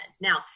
now